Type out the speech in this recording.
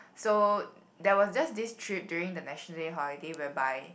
so there was just this trip during the National Day holiday whereby